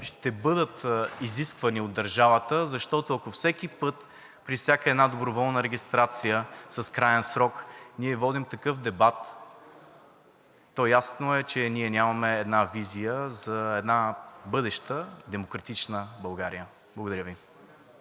ще бъдат изисквани от държавата. Защото, ако всеки път, при всяка една доброволна регистрация с краен срок, ние водим такъв дебат, то ясно е, че ние нямаме визия за една бъдеща демократична България. Благодаря Ви.